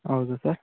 ಹೌದು ಸರ್